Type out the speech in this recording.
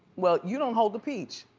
well, you don't hold the peach.